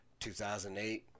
2008